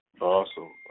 Awesome